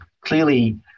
clearly